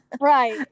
Right